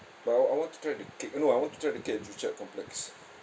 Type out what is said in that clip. but I I want to try the cake no I want to try the cake in joo chiat complex